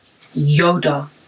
Yoda